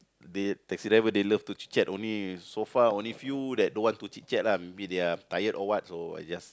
they taxi driver they love to chit-chat only so far only few that don't want to chit-chat lah with me they are tired or what so I just